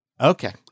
Okay